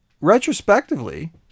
retrospectively